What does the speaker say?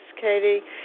Katie